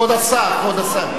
כבוד השר, כבוד השר.